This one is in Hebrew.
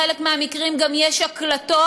בחלק מהמקרים גם יש הקלטות,